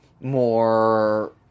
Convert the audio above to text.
more